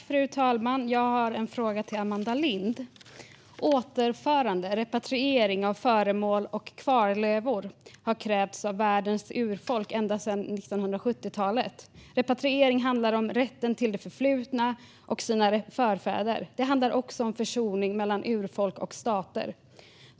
Fru talman! Jag har en fråga till Amanda Lind. Återförande, repatriering, av föremål och kvarlevor har krävts av världens urfolk ända sedan 1970-talet. Repatriering handlar om rätten till det förflutna och ens förfäder. Det handlar också om försoning mellan urfolk och stater.